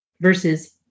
versus